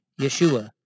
Yeshua